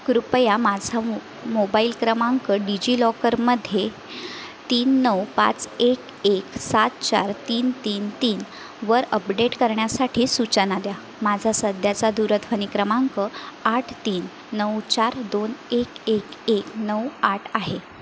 कृपया माझा मो मोबाईल क्रमांक डिजि लॉकरमध्ये तीन नऊ पाच एक एक सात चार तीन तीन तीन वर अपडेट करण्यासाठी सूचना द्या माझा सध्याचा दूरध्वनी क्रमांक आठ तीन नऊ चार दोन एक एक एक नऊ आठ आहे